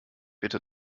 bitte